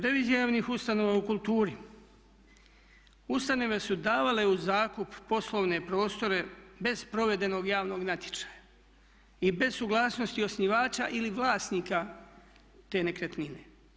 Revizija javnih ustanova u kulturi, ustanove su davale u zakup poslovne prostore bez provedenog javnog natječaja i bez suglasnosti osnivača ili vlasnika te nekretnine.